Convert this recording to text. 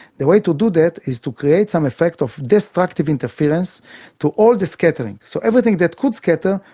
the way to do that is to create some effect of destructive interference to all the scattering. so everything that could scatter,